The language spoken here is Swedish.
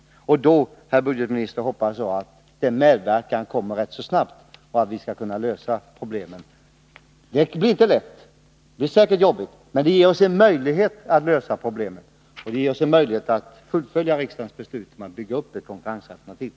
Då hoppas jag, herr budgetminister, att denna medverkan kommer rätt så snabbt för att vi skall kunna lösa problemen. Det blir inte lätt — det blir säkert jobbigt. Men det ger oss en möjlighet att lösa problemen och fullfölja Nr 123 riksdagens beslut, om man bygger upp detta konkurrensalternativ.